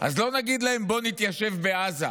אז לא נגיד להם: בואו נתיישב בעזה.